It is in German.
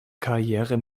karriere